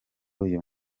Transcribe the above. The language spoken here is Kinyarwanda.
uyu